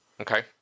Okay